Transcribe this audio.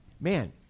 man